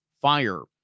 fire